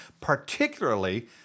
particularly